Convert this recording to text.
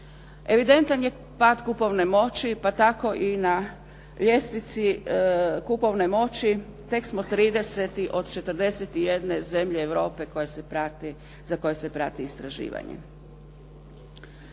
Evidentan je pad kupovne moći, pa tako i na ljestvici kupovne moći tek smo 30. od 41 zemlje Europe za koje se prati istraživanje.